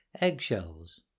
eggshells